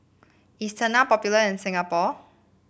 is Tena popular in Singapore